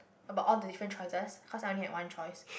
about all the different choices cause I only have one choice